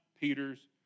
Peter's